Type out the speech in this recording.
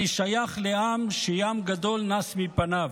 אני שייך לעם שֶׁים גדול נס מפניו.